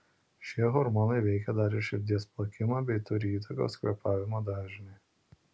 šie hormonai veikia dar ir širdies plakimą bei turi įtakos kvėpavimo dažniui